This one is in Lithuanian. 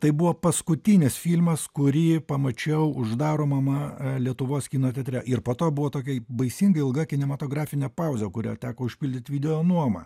tai buvo paskutinis filmas kurį pamačiau uždaromame lietuvos kino teatre ir po to buvo tokia baisingai ilga kinematografinė pauzė kurią teko užpildyti videonuoma